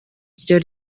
ryo